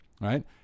right